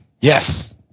Yes